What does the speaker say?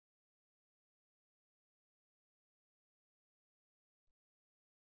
కాబట్టి short circuit ప్రారంభ స్థానం నుండి మనము ఇక్కడ ఈ ప్రత్యేక స్థానానికి చేరుకుంటాము